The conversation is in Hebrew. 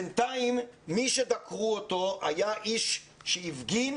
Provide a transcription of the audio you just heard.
בינתיים מי שדקרו אותו היה איש שהפגין,